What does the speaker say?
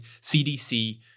CDC